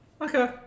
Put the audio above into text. Okay